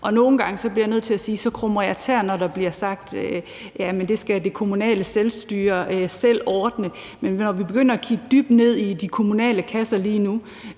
Nogle gange, det bliver jeg nødt til at sige, krummer jeg tæer, når der bliver sagt: Jamen det skal det kommunale selvstyre selv ordne. Men når vi begynder at kigge dybt ned i de kommunale kasser lige nu,